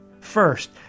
First